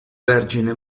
vergine